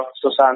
Susan